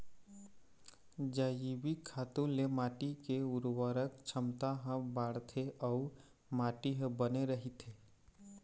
जइविक खातू ले माटी के उरवरक छमता ह बाड़थे अउ माटी ह बने रहिथे